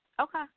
Okay